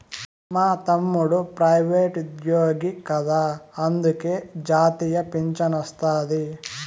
మా తమ్ముడు ప్రైవేటుజ్జోగి కదా అందులకే జాతీయ పింఛనొస్తాది